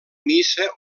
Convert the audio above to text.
missa